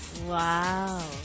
Wow